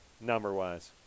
Number-wise